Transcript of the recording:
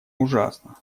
ужасно